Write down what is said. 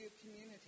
community